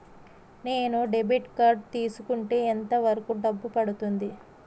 నేను debit card తీసుకుంటే ఎంత వరకు డబ్బు పడుతుంది?